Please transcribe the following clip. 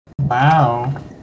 Wow